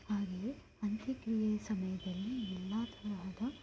ಆದರೆ ಅಂತ್ಯಕ್ರಿಯೆಯ ಸಮಯದಲ್ಲಿ ನಮ್ಮ ತರಹದ